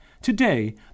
Today